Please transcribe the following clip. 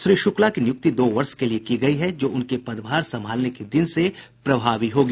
श्री शुक्ला की नियुक्ति दो वर्ष के लिए की गयी है जो उनके पदभार संभालने के दिन से प्रभावी होगी